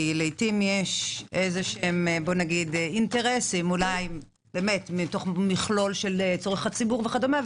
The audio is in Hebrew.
כי לפעמים יש אינטרסים אולי מתוך מכלול של צורך הציבור וכדומה,